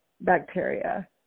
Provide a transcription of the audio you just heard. bacteria